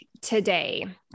today